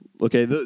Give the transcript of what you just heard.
Okay